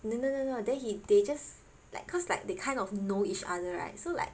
no no no then he they just like cause like they kind of know each other right so like